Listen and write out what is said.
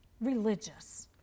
religious